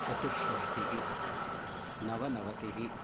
चतुष्षष्ठिः नवनवतिः